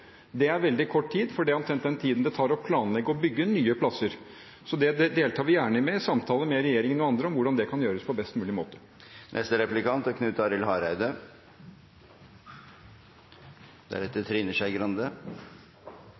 Det er veldig kort tid – det er omtrent den tiden det tar å planlegge og å bygge nye plasser. Vi deltar gjerne i samtaler med regjeringen og andre om hvordan det kan gjøres på best mulig måte. Eg òg vil gjerne få gratulere Jonas Gahr Støre som leiar av Arbeidarpartiet. Eg er